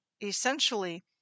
essentially